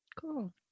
Cool